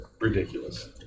ridiculous